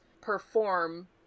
perform